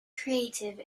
creative